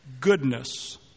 goodness